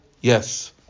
Yes